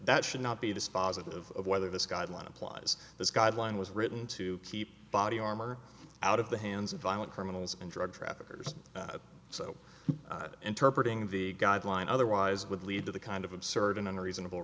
that should not be dispositive of whether this guideline applies this guideline was written to keep body armor out of the hands of violent criminals and drug traffickers so interpret ing the guidelines otherwise would lead to the kind of absurd and reasonable